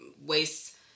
waste